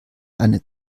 eine